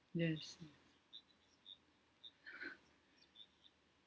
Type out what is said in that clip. yes